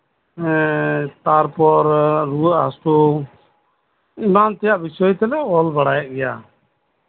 ᱛᱟᱨᱯᱚᱨ ᱨᱩᱣᱟᱹ ᱦᱟᱥᱳ ᱮᱢᱟᱱ ᱛᱟᱭᱟᱜ ᱵᱤᱥᱚᱭ ᱠᱚᱞᱮ ᱚᱞ ᱵᱟᱲᱟᱭᱮᱫᱟ